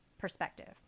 perspective